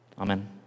Amen